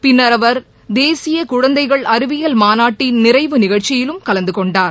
பின்னர் அவர் தேசிய குழந்தைகள் அறிவியல் மாநாட்டின் நிறைவு நிகழ்ச்சியிலும் கலந்து கொண்டார்